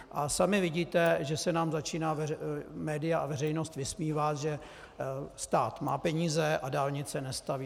A sami vidíte, že se nám začínají média a veřejnost vysmívat, že stát má peníze, a dálnice nestaví.